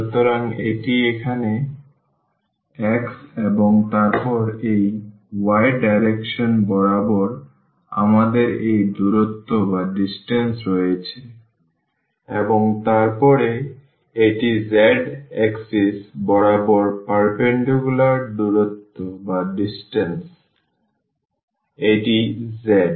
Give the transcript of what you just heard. সুতরাং এটি এখানে x এবং তারপর এই y ডাইরেকশন বরাবর আমাদের এই দূরত্ব রয়েছে এবং তারপরে এটি z axis বরাবর পারপেন্ডিকুলার দূরত্ব সুতরাং এটি z